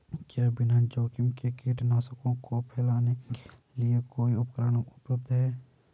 क्या बिना जोखिम के कीटनाशकों को फैलाने के लिए कोई उपकरण उपलब्ध है?